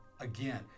Again